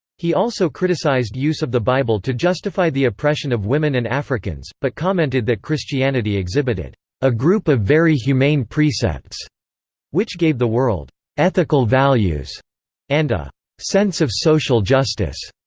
he also criticized use of the bible to justify the oppression of women and africans, but commented that christianity exhibited a group of very humane precepts which gave the world ethical values and a sense of social justice,